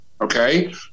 okay